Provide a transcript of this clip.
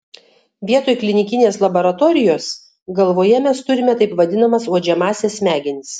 vietoj klinikinės laboratorijos galvoje mes turime taip vadinamas uodžiamąsias smegenis